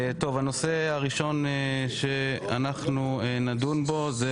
הנושא הראשון שנדון בו זה